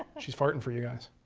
she's farting for you guys.